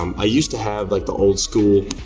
um i used to have like the old school,